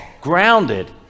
grounded